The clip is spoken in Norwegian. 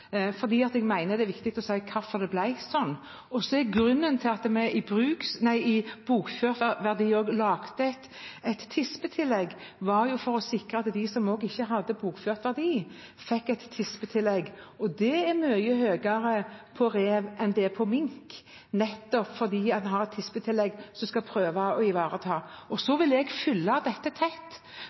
jeg mener det er viktig å si hvorfor det ble slik. Grunnen til at vi i tillegg til den bokførte verdien laget et tispetillegg, var å sikre at også de som ikke hadde bokført verdi, fikk et tispetillegg. Det er mye høyere for rev enn for mink, nettopp fordi en har et tispetillegg som skal prøve å ivareta det. Jeg vil følge dette tett,